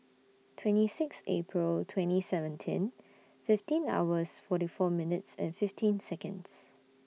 twenty six April twenty seventeen fifteen hours forty four minutes and fifteen Seconds